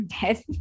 dead